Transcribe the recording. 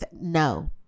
No